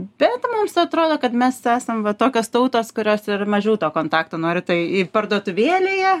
bet mums atrodo kad mes esam va tokios tautos kurios ir mažiau to kontakto nori tai i parduotuvėlėje